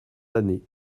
l’année